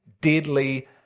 deadly